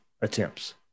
attempts